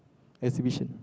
exhibition